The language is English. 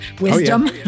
wisdom